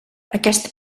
aquest